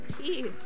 peace